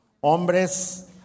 hombres